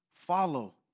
Follow